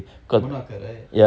numana அக்கா:akkaa right